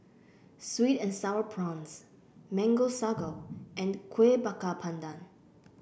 sweet and sour prawns Mango Sago and Kueh Bakar Pandan